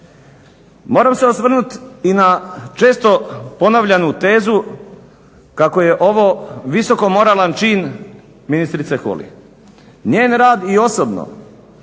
Moram se osvrnut i na često ponavljanu tezu kako je ovo visoko moralan čin ministrice Holy. Njen rad i osobno